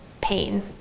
pain